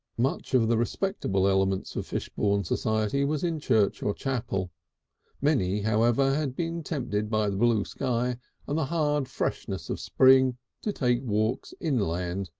much of the more respectable elements of fishbourne society was in church or chapel many, however, had been tempted by the blue sky and the hard freshness of spring to take walks inland,